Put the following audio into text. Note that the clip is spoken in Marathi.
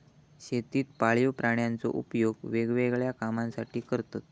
शेतीत पाळीव प्राण्यांचो उपयोग वेगवेगळ्या कामांसाठी करतत